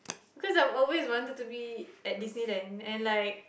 cause I've always wanted to be at Disneyland and like